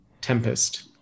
Tempest